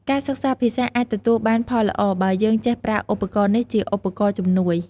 ការសិក្សាភាសាអាចទទួលបានផលល្អបើយើងចេះប្រើឧបករណ៍នេះជាឧបករណ៍ជំនួយ។